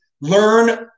learn